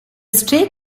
stray